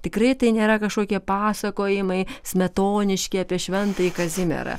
tikrai tai nėra kažkokie pasakojimai smetoniški apie šventąjį kazimierą